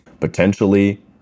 potentially